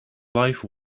life